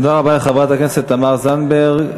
תודה רבה לחברת הכנסת תמר זנדברג.